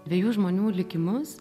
dviejų žmonių likimus